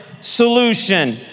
solution